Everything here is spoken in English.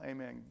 Amen